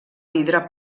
vidre